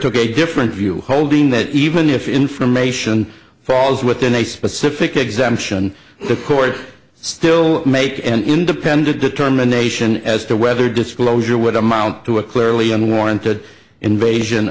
took a different view holding that even if information falls within a specific exemption the court still make an independent determination as to whether disclosure would amount to a clearly unwarranted invasion